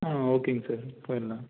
ஆ ஓகேங்க சார் போய்ர்லாம்